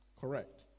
correct